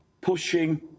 pushing